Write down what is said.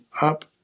up